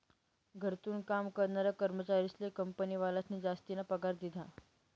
घरथून काम करनारा कर्मचारीस्ले कंपनीवालास्नी जासतीना पगार दिधा